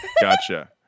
gotcha